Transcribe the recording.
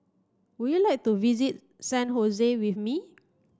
would you like to visit San with me